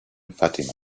fatima